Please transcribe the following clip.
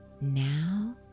Now